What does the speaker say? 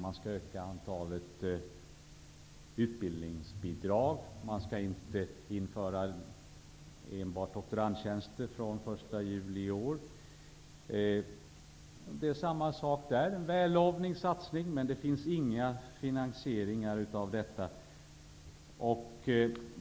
Man skall inte enbart införa doktorandtjänster fr.o.m. den 1 juli i år utan också öka antalet utbildningsbidrag. Det är samma sak där: en vällovlig satsning, men utan någon finansiering.